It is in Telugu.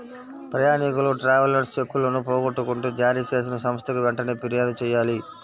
ప్రయాణీకులు ట్రావెలర్స్ చెక్కులను పోగొట్టుకుంటే జారీచేసిన సంస్థకి వెంటనే పిర్యాదు చెయ్యాలి